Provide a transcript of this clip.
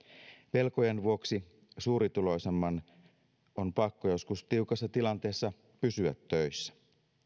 pelkojen vuoksi suurituloisemman on pakko joskus tiukassa tilanteessa pysyä töissä